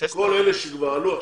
כל אלה שעלו עכשיו,